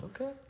okay